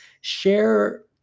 share